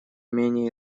менее